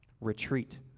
Retreat